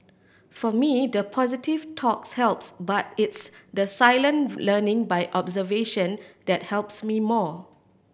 for me the positive talks helps but it's the silent learning by observation that helps me more